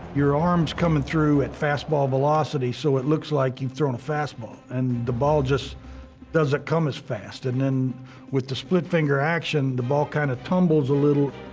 your arm's coming through at fastball velocity, so it looks like you've thrown a fastball, and the ball just doesn't come as fast. and then with the split-finger action, the ball kind of tumbles a little.